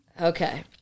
Okay